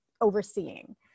overseeing